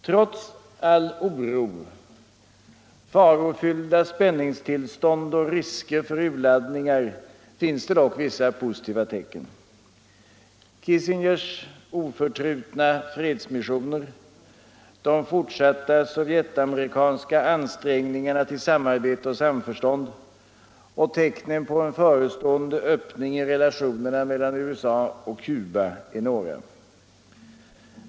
Trots all oro, farofyllda spänningstillstånd och risker för urladdningar finns det dock vissa positiva tecken. Kissingers oförtrutna fredsmissioner, de fortsatta sovjetisk-amerikanska ansträngningarna till samarbete och 115 samförstånd och tecknen på en förestående öppning i relationerna mellan USA och Cuba är några.